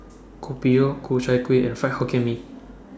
Kopi O Ku Chai Kueh and Fried Hokkien Mee